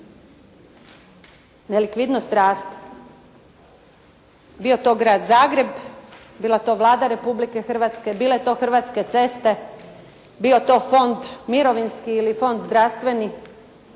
Nelikvidnost raste bio to Grad Zagreb, bila to Vlada Republike Hrvatske, bile to Hrvatske ceste, bio to Fond mirovinski ili Fond zdravstveni.